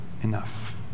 enough